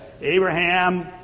Abraham